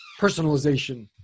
personalization